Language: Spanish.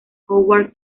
howard